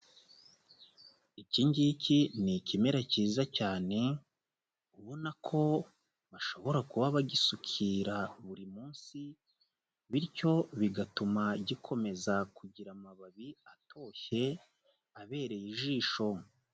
Iki ngiki ni ikimera cyiza cyane, ubona ko bashobora kuba bagisukira buri munsi. Bityo bigatuma gikomeza kugira amababi atoshye abereye ijisho.